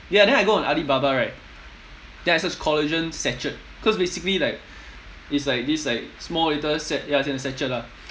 ya then I go on alibaba right then I search collagen sachet cause basically like it's like this like small little sa~ ya it's in a sachet lah